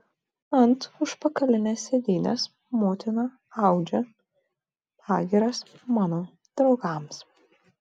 ant užpakalinės sėdynės motina audžia pagyras mano draugams